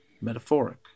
metaphoric